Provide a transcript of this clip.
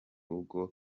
rugo